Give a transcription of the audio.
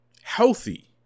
healthy